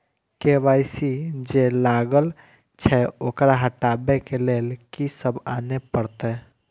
KYC जे लागल छै ओकरा हटाबै के लैल की सब आने परतै?